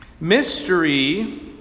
Mystery